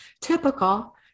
typical